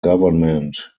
government